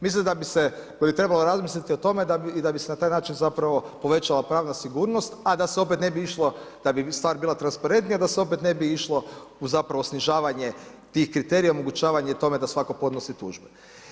Mislim da bi se trebalo razmisliti o tome i da bi se na taj način zapravo povećala pravna sigurnost a da se opet ne bi išlo, da bi stvar bila transparentnija, da se opet ne bi išlo u zapravo snižavanje tih kriterija i omogućavanje tome da svatko podnosi tužbe.